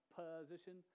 position